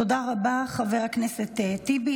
תודה רבה, חבר הכנסת טיבי.